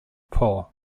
paul